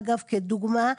כדוגמה,